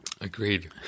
Agreed